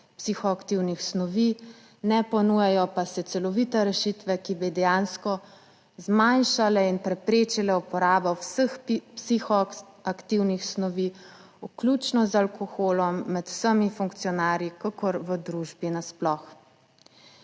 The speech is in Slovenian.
psihoaktivnih snovi, ne ponujajo pa se celovite rešitve, ki bi dejansko zmanjšale in preprečile uporabo vseh psihoaktivnih snovi, vključno z alkoholom, med vsemi funkcionarji kakor v družbi nasploh.